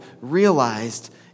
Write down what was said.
realized